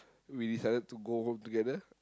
we decided to go home together